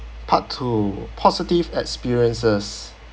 part two positive experiences